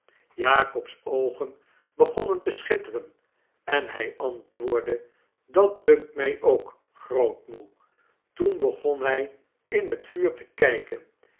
jakob's oogen begonnen te schitteren en hij antwoordde dat dunkt my ook grootmoe toen begon hij in het vuur te kyken